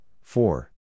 four